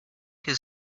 his